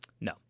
No